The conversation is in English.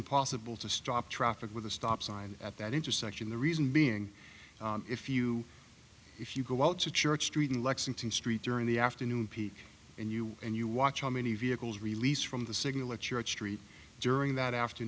impossible to stop traffic with a stop sign at that intersection the reason being if you if you go out to church street in lexington street during the afternoon peak and you and you watch how many vehicles released from the signal at church street during